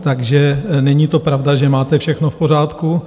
Takže není to pravda, že máte všechno v pořádku.